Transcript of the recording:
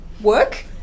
work